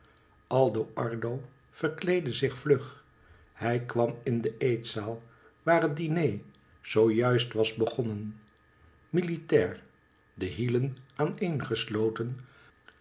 aldo ardo verkleedde zich vlug hij kwam in de eetzaal waar het diner zoo juist was begonnen militair de hielen aan